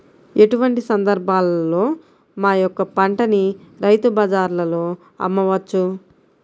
ఎటువంటి సందర్బాలలో మా యొక్క పంటని రైతు బజార్లలో అమ్మవచ్చు?